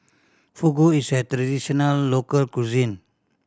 fugu is a traditional local cuisine